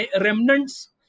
remnants